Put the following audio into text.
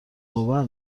آور